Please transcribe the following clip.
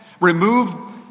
remove